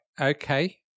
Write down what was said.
okay